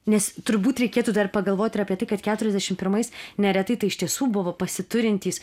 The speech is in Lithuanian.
nes turbūt reikėtų dar pagalvot ir apie tai kad keturiasdešim pirmais neretai tai iš tiesų buvo pasiturintys